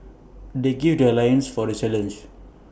they gird their loins for the challenge